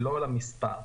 ולא "למספר".